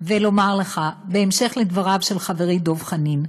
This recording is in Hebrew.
ולומר לך, בהמשך לדבריו של חברי דב חנין: